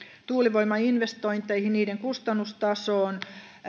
tuulivoimainvestointeihin ja niiden kustannustasoon